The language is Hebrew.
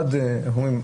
איך אומרים?